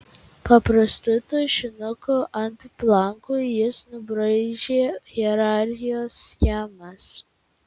paprastu tušinuku ant blankų jis nubraižė hierarchijos schemas